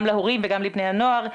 גם להורים וגם לבני הנוער.